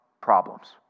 problems